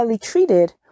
treated